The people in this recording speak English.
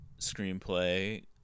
screenplay